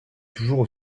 toujours